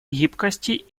гибкости